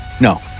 No